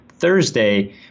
Thursday